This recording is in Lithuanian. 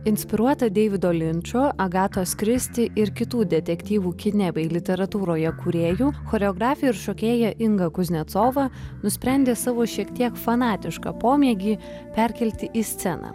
inspiruota deivido linčo agatos kristi ir kitų detektyvų kine bei literatūroje kūrėjų choreografė ir šokėja inga kuznecova nusprendė savo šiek tiek fanatišką pomėgį perkelti į sceną